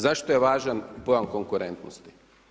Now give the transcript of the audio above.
Zašto je važan pojam konkurentnosti?